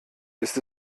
ist